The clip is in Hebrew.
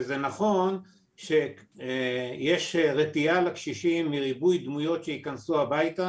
זה נכון שיש רתיעה לקשישים מריבוי דמויות שייכנסו הביתה